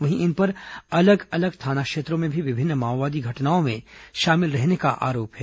वहीं इन पर अलग अलग थाना क्षेत्रों में भी विभिन्न माओवादी घटनाओं में शामिल रहने का आरोप है